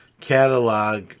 catalog